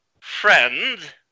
friend